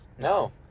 No